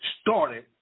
started